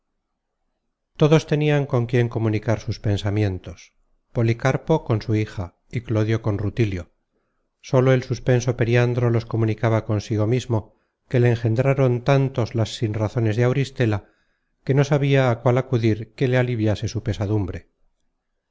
todos tenian con quién comunicar sus pensamientos policarpo con su hija y clodio con rutilio sólo el suspenso periandro los comunicaba consigo mismo que le engendraron tantos las razones de auristela que no sabia á cuál acu content from google book search generated at dir que le aliviase su pesadumbre